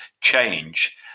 change